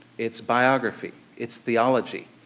it's biography. it's theology.